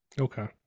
Okay